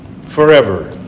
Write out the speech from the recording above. forever